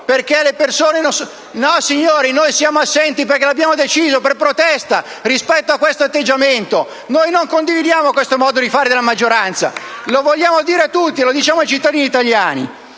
No, signori, noi siamo assenti perché lo abbiamo deciso, per protesta rispetto a tale atteggiamento. Noi non condividiamo questo modo di fare della maggioranza, e lo vogliamo dire a tutti i cittadini italiani.